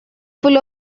full